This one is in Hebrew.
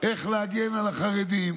איך להגן על החרדים,